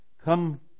Come